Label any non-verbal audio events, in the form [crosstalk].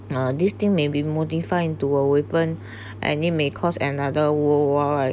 ya this thing may be more defined into a weapon [breath] and it may cost another worldwide